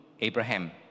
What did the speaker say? abraham